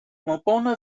malbona